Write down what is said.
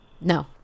No